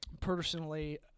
Personally